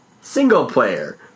single-player